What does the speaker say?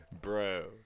bro